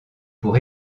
pour